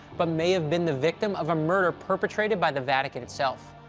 but may have been the victim of a murder perpetrated by the vatican itself.